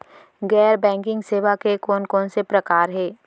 गैर बैंकिंग सेवा के कोन कोन से प्रकार हे?